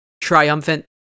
triumphant